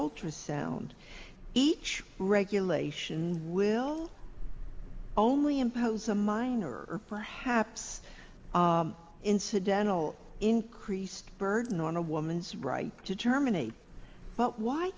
ultrasound each regulation will only impose a minor perhaps incidental increased burden on a woman's right to terminate but why